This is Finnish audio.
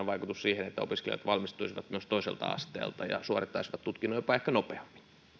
vaikutus siihen että opiskelijat valmistuisivat myös toiselta asteelta ja ehkä jopa suorittaisivat tutkinnon nopeammin